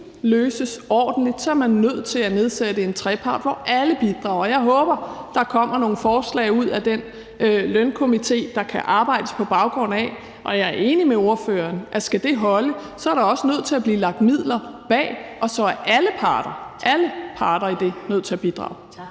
løses ordentligt, er man nødt til at forhandle i en trepart, hvor alle bidrager. Jeg håber, at der kommer nogle forslag ud af den lønkomité, der kan arbejdes på baggrund af. Og jeg er enig med ordføreren i, at skal det holde, er det også nødvendigt, at der lægges midler bag, og så er alle parter – alle parter i det – nødt til at bidrage. Kl.